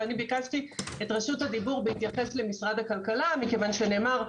ואני ביקשתי את רשות הדיבור בהתייחס למשרד הכלכלה מכיוון שנאמר,